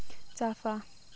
चाफा